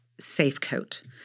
Safecoat